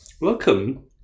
Welcome